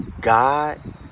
God